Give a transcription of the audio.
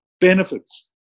benefits